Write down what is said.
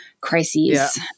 crises